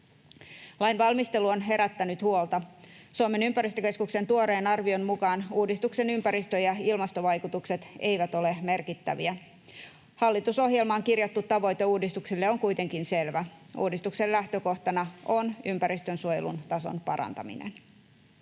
Lain valmistelu on herättänyt huolta. Suomen ympäristökeskuksen tuoreen arvion mukaan uudistuksen ympäristö- ja ilmastovaikutukset eivät ole merkittäviä. Hallitusohjelmaan kirjattu tavoite uudistuksille on kuitenkin selvä: uudistuksen lähtökohtana on ympäristönsuojelun tason parantaminen.